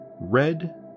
red